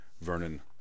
Vernon